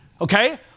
Okay